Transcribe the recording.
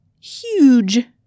huge